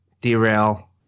derail